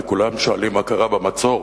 כי כולם שואלים מה קרה במצור.